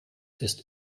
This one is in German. ist